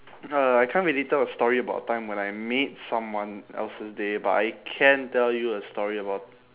no no I can't really tell a story about a time when I made someone else's day but I can tell you a story about